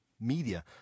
media